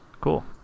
Cool